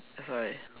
that's why